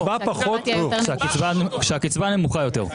שהקצבה נמוכה יותר.